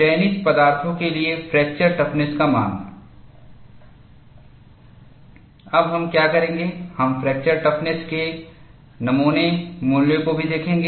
चयनित पदार्थों के लिए फ्रैक्चरटफनेसका मान अब हम क्या करेंगे हम फ्रैक्चर टफनेस के नमूना मूल्यों को भी देखेंगे